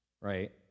right